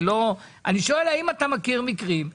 אני שואל האם אתה מכיר מקרים עד היום.